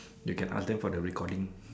you can ask them for the recording